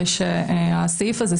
זה שהסעיף הזה,